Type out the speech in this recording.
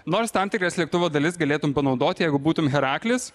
nors tam tikras lėktuvo dalis galėtum panaudoti jeigu būtum heraklis